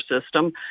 system